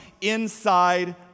inside